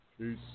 Peace